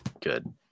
Good